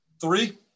Three